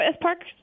parks